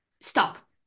stop